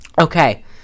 Okay